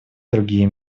другие